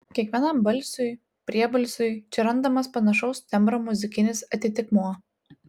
kiekvienam balsiui priebalsiui čia randamas panašaus tembro muzikinis atitikmuo